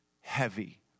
heavy